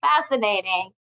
Fascinating